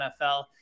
NFL